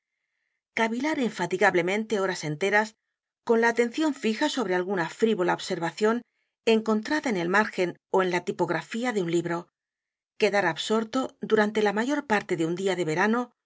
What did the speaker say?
cavilar infatigablemente horas enteras con la atención fija sobre a l g u n a frivola observación encontrada en el margen ó en la tipografía de un l i b r o quedar absorto durante la mayor parte de un día de verano